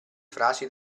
frasi